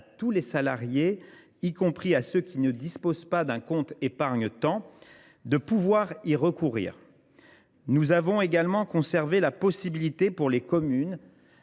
tous les salariés, y compris ceux qui ne disposent pas d’un compte épargne temps, de pouvoir y recourir. Nous avons également conservé la possibilité offerte aux communes